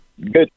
Good